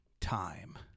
time